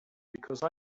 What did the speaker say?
because